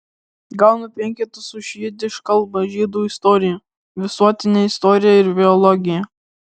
gaunu penketus už jidiš kalbą žydų istoriją visuotinę istoriją ir biologiją